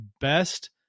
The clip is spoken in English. best